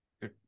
Good